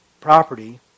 property